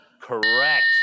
Correct